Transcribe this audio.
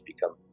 become